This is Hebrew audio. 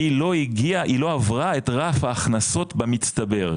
היא לא הגיעה היא לא עברה את רף ההכנסות במצטבר,